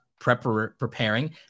preparing